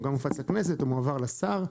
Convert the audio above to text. הוא גם הופץ לכנסת, ומועבר לשר.